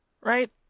Right